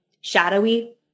shadowy